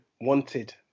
wanted